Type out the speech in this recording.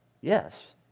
Yes